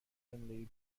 زندگیت